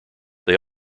they